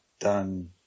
done